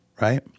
right